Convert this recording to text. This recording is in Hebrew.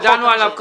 שדנו עליו.